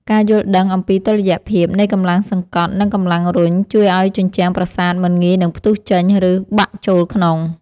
ការយល់ដឹងអំពីតុល្យភាពនៃកម្លាំងសង្កត់ និង កម្លាំងរុញជួយឱ្យជញ្ជាំងប្រាសាទមិនងាយនឹងផ្ទុះចេញ ឬ បាក់ចូលក្នុង។